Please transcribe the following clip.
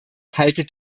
haltet